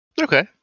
okay